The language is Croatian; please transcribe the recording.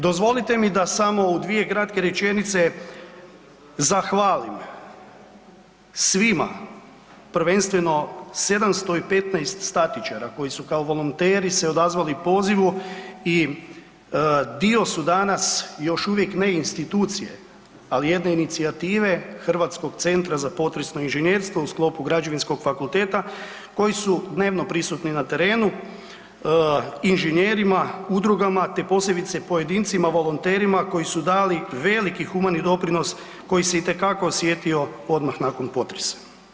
Dozvolite mi da samo u dvije kratke rečenice zahvalim svima, prvenstveno 715 statičara koji su kao volonteri se odazvali pozivu i dio su danas još uvijek ne institucije ali jedne inicijative Hrvatskog centra za potresno inženjerstvo u sklopu Građevinskog fakulteta koji su dnevno prisutni na terenu, inženjerima, udrugama te posebice pojedincima volonterima koji su dali veliki humani doprinos koji se itekako osjetio odmah nakon potresa.